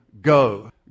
Go